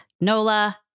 NOLA